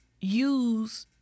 use